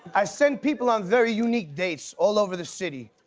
i send people on very unique dates all over the city.